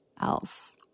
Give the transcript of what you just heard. else